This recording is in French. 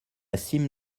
cime